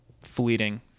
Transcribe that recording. fleeting